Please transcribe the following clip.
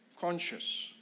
conscious